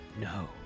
No